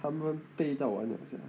他们背到完 eh 好像